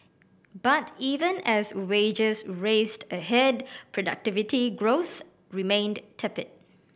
but even as wages raced ahead productivity growth remained tepid